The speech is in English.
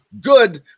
good